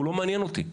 הוא לא מעניין אותי.